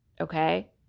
okay